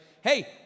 hey